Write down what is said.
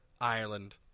Ireland